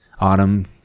autumn